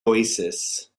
oasis